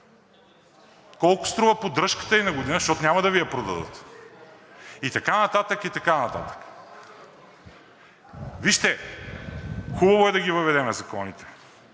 Колко струва поддръжката ѝ на година, защото няма да Ви я продадат? И така нататък, и така нататък. Вижте, хубаво е да ги въведем законите,